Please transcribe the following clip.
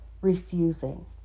refusing